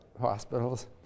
hospitals